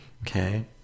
Okay